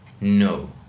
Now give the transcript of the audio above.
No